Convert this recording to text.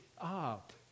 up